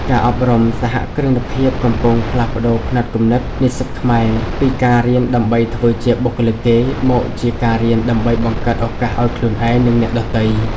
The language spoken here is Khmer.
ការអប់រំសហគ្រិនភាពកំពុងផ្លាស់ប្តូរផ្នត់គំនិតនិស្សិតខ្មែរពី "ការរៀនដើម្បីធ្វើជាបុគ្គលិកគេ" មកជា "ការរៀនដើម្បីបង្កើតឱកាសឱ្យខ្លួនឯង និងអ្នកដទៃ"។